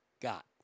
got